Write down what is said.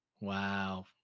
wow